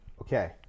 okay